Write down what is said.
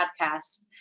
Podcast